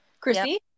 Chrissy